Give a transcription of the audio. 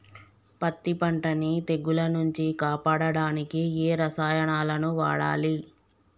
పత్తి పంటని తెగుల నుంచి కాపాడడానికి ఏ రసాయనాలను వాడాలి?